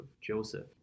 Joseph